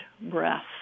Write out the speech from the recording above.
breath